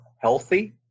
healthy